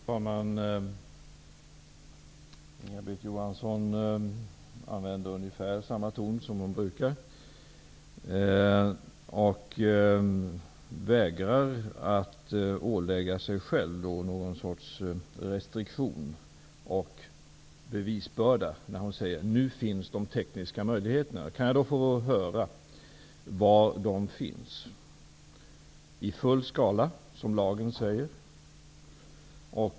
Fru talman! Inga-Britt Johansson använder ungefär samma ton som hon brukar. Hon vägrar att ålägga sig själv någon sorts restriktion och bevisbörda när hon säger att de tekniska möjligheterna nu finns. Kan jag då få höra var de finns i full skala som lagen säger?